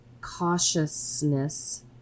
cautiousness